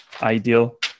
ideal